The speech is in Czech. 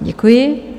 Děkuji.